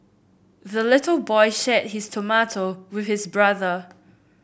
the little boy shared his tomato with his brother